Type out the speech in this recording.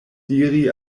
diri